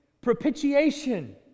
propitiation